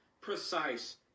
precise